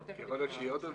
ואני תיכף אתייחס לנושא חדש.